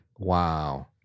Wow